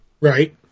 Right